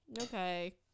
Okay